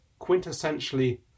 quintessentially